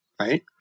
right